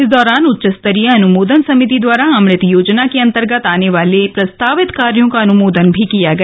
इस दौरान उच्च स्तरीय अनुमोदन समिति द्वारा अमृत योजना के अन्तर्गत आगे होने वाले प्रस्तावित कार्यों का अनुमोदन भी किया गया